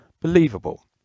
believable